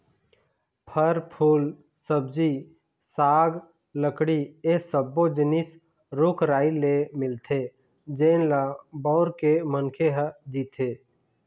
फर, फूल, सब्जी साग, लकड़ी ए सब्बो जिनिस रूख राई ले मिलथे जेन ल बउर के मनखे ह जीथे